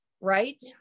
right